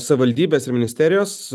savivaldybės ir ministerijos